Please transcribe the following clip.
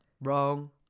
Wrong